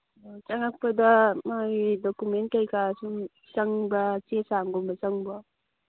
ꯑꯣ ꯆꯪꯉꯛꯄꯗ ꯃꯥꯒꯤ ꯗꯣꯀꯨꯃꯦꯟ ꯀꯩꯀꯥ ꯁꯨꯝ ꯆꯪꯕ ꯆꯦꯆꯥꯡꯒꯨꯝꯕ ꯆꯪꯕ꯭ꯔꯣ